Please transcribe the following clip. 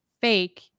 fake